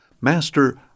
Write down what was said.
Master